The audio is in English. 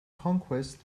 conquest